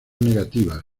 negativas